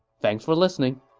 thanks for listening